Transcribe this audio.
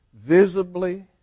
visibly